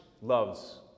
loves